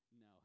no